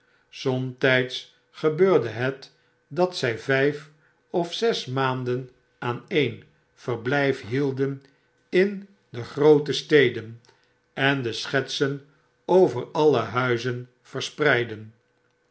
somtijds gebeurde net dat zij vijf of zes maanden aaneen verblijf hielden in groote steden en de schetsen over alle huizen verspreidden